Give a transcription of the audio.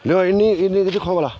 बा इनें इनें गी दिक्खो भला